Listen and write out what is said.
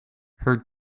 her